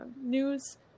news